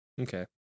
Okay